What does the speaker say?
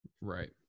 right